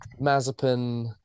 Mazepin